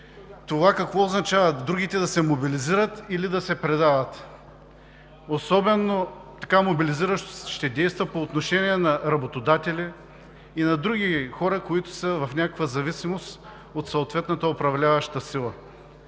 Това какво означава – другите да се мобилизират, или да се предават? Особено мобилизиращо ще действа по отношение на работодатели и на други хора, които са в някаква зависимост от съответната управляваща сила.